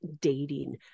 dating